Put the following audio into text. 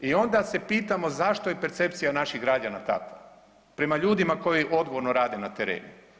I onda se pitamo zašto je percepcija naših građana takva prema ljudima koji odgovorno rade na terenu?